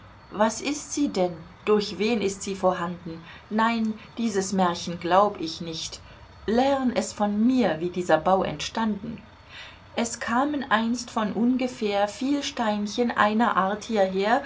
was ist sie denn durch wen ist sie vorhanden nein dieses märchen glaub ich nicht lern es von mir wie dieser bau entstanden es kamen einst von ungefähr viel steinchen einer art hieher